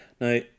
Now